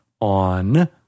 on